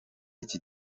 iki